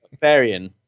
Varian